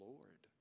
Lord